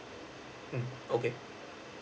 mm okay